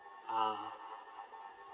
ah